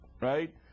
right